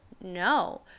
no